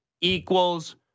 equals